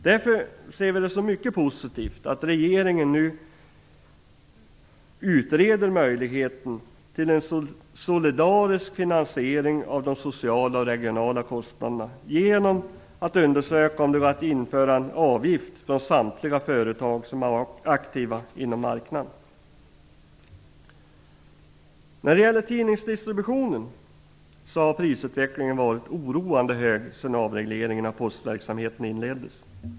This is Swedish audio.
Därför ser vi det som mycket positivt att regeringen nu utreder möjligheten till en solidarisk finansiering av de sociala och regionala kostnaderna genom att undersöka om det går att införa en avgift från samtliga företag som är aktiva inom marknaden. När det gäller tidningsdistributionen har prisutvecklingen varit oroande hög sedan avregleringen av postverksamheten inleddes.